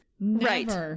Right